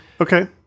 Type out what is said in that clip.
Okay